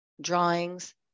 drawings